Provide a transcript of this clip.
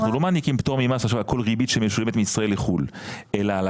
אנחנו לא מעניקים פטור ממס על כל ריבית שמשולמת מישראל לחוץ לארץ אלא על